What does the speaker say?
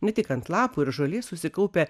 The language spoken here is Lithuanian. ne tik ant lapų ir žolės susikaupę